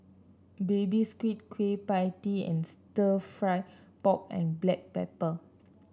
Baby Squid Kueh Pie Tee and stir fry pork and Black Pepper